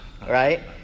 right